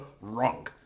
wrong